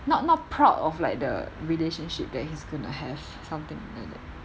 not not proud of like the relationship that he's gonna have something like that